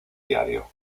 diario